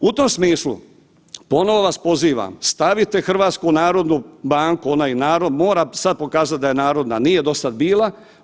U tom smislu ponovo vas pozivam, stavite HNB, ona i narod, mora sad pokazat da je narodna, nije dosad bila.